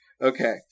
Okay